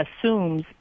assumes